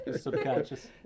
Subconscious